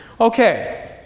Okay